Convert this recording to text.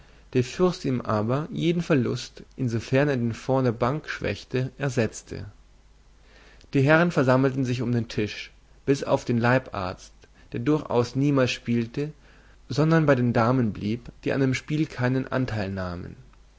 der fürst ihm aber jeden verlust insofern er den fonds der bank schwächte ersetzte die herren versammelten sich um den tisch bis auf den leibarzt der durchaus niemals spielte sondern bei den damen blieb die an dem spiel keinen anteil nahmen